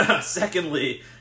Secondly